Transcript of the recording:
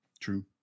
true